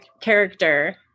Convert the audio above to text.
character